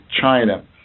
China